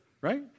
right